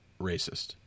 racist